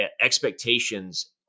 expectations